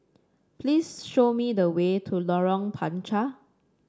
please show me the way to Lorong Panchar